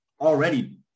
already